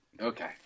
Okay